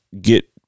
get